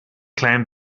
climbed